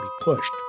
pushed